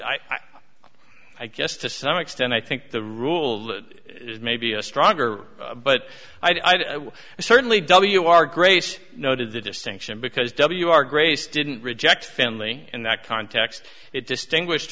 i i guess to some extent i think the rule is maybe a stronger but i've certainly w r grace noted the distinction because w r grace didn't reject family in that context it distinguished